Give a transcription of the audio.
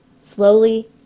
Slowly